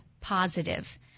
positive